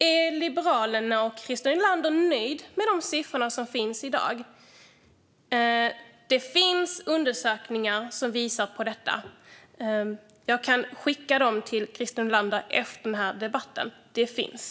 Är Liberalerna och Christer Nylander nöjda med hur siffrorna ser ut i dag? Det finns undersökningar som visar på detta. Jag kan skicka dem till Christer Nylander efter den här debatten, för de finns.